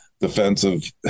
defensive